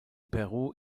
peru